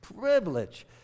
privilege